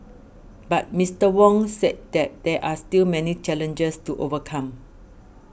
but Mister Wong said that there are still many challenges to overcome